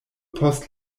post